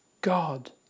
God